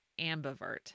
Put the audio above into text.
ambivert